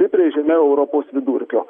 stipriai žemiau europos vidurkio